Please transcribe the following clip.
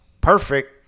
Perfect